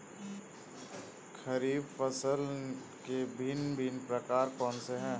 खरीब फसल के भिन भिन प्रकार कौन से हैं?